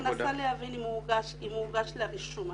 אני מנסה להבין אם הוא הוגש לרישום.